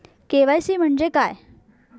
KYC म्हणजे काय?